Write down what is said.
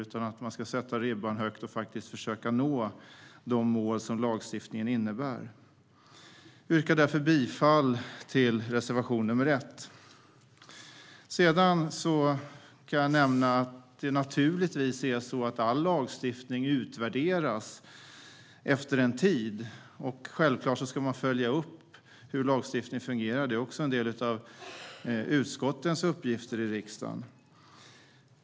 Man ska sätta ribban högt och försöka nå de mål som lagstiftningen innebär. Jag yrkar därför bifall till reservation 1. All lagstiftning utvärderas naturligtvis efter en tid. Självklart ska man följa upp hur lagstiftningen fungerar. Det är också en av utskottens uppgifter i riksdagen.